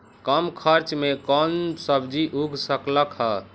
कम खर्च मे कौन सब्जी उग सकल ह?